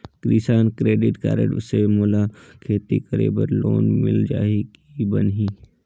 किसान credit card से मोला खेती करे बर लोन मिल जाहि की बनही??